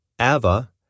Ava